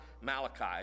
Malachi